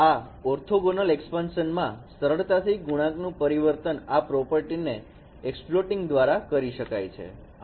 તો orthogonal expansion માં સરળતાથી ગુણાંક નું પરિવર્તન આ પ્રોપર્ટીને એક્સપ્લોટીંગ દ્વારા કરી શકાય છે